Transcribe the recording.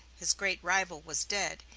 his great rival, was dead,